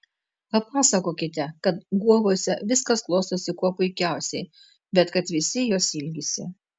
papasakokite kad guobose viskas klostosi kuo puikiausiai bet kad visi jos ilgisi